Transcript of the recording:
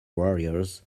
warriors